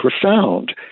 profound